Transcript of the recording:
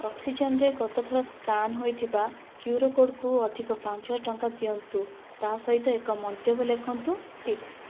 ଅକ୍ସିଜେନ୍ରେ ଗତ ଥର ସ୍କାନ ହୋଇଥିବା କ୍ୟୁଆର୍ କୋଡ଼କୁ ଅଧିକ ପାଞ୍ଚ ହଜାର ଟଙ୍କା ଦିଅନ୍ତୁ ତା'ସହିତ ଏକ ମନ୍ତବ୍ୟ ଲେଖନ୍ତୁ ଟିପ୍